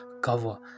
cover